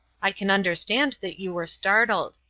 i can understand that you were startled.